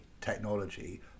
technology